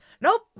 Nope